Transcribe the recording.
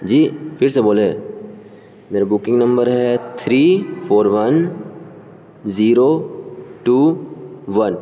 جی پھر سے بولے میرا بکنگ نمبر ہے three four one zero two one